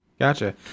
Gotcha